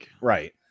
Right